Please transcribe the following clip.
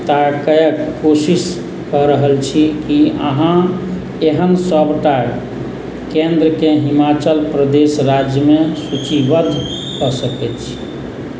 ताकयक कोशिश कऽ रहल छी की अहाँ एहन सबटा केन्द्रकेँ हिमाचल प्रदेश राज्यमे सूचिबद्ध कऽ सकै छी